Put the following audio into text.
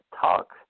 talk